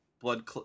Blood